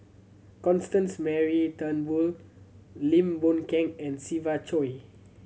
Constance Mary Turnbull Lim Boon Keng and Siva Choy